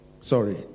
Sorry